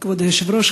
כבוד היושב-ראש,